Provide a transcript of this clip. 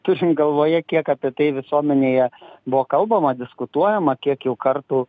turint galvoje kiek apie tai visuomenėje buvo kalbama diskutuojama kiek jau kartų